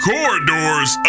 Corridors